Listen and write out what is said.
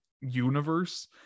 universe